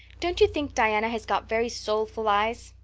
don't you think diana has got very soulful eyes?